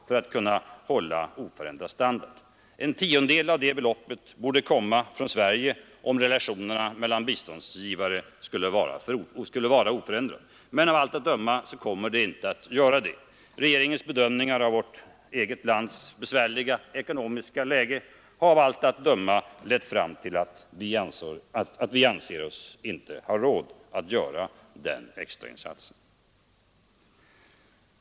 Om Sverige skall ta sin del av ansvaret för att Indien 1974/75 tillförsäkras oförändrad importkapacitet krävs en ökning av det svenska biståndet till Indien med 52 miljoner kronor utöver vad som föreslås i statsverkspropositionen. Regeringens bedömningar av vårt eget lands besvärliga ekonomiska läge tycks ha lett fram till att vi anser oss inte att ha råd att göra den extrainsatsen.